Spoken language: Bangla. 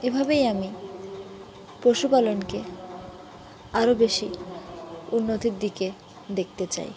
এভাবেই আমি পশুপালনকে আরও বেশি উন্নতির দিকে দেখতে চাই